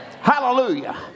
Hallelujah